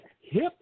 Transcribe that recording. hip